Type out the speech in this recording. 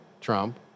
Trump